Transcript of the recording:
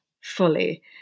fully